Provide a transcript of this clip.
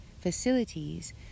facilities